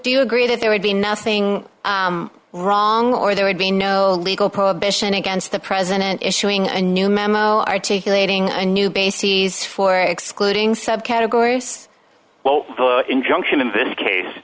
do you agree that there would be nothing wrong or there would be no legal prohibition against the president issuing a new memo articulating a new bases for excluding subcategories well the injunction in this case